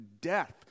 death